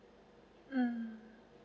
mm